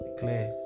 clear